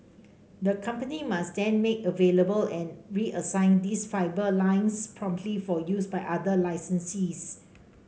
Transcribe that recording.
the company must then make available and reassign these fibre lines promptly for use by other licensees